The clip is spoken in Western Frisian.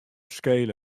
skele